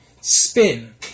spin